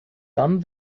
dann